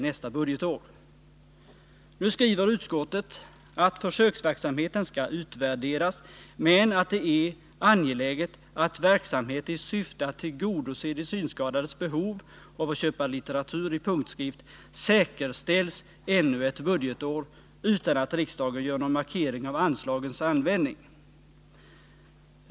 Utskottet skriver att försöksverksamheten skall utvärderas men att det är angeläget att verksamhet i syfte att tillgodose de synskadades behov av att köpa litteratur i punktskrift säkerställs ännu ett budgetår utan att riksdagen gör någon markering av anslagens användning.